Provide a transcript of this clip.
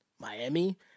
Miami